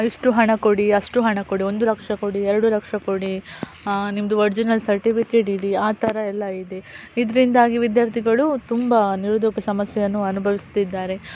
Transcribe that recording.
ಇಷ್ಟು ಹಣ ಕೊಡಿ ಅಷ್ಟು ಹಣ ಕೊಡಿ ಒಂದು ಲಕ್ಷ ಕೊಡಿ ಎರಡು ಲಕ್ಷ ಕೊಡಿ ನಿಮ್ಮದು ಒರ್ಜಿನಲ್ ಸರ್ಟಿಫಿಕೇಟ್ ಇಡಿ ಆ ಥರ ಎಲ್ಲ ಇದೆ ಇದರಿಂದಾಗಿ ವಿದ್ಯಾರ್ಥಿಗಳು ತುಂಬ ನಿರುದ್ಯೋಗ ಸಮಸ್ಯೆಯನ್ನು ಅನುಭವಿಸ್ತಿದ್ದಾರೆ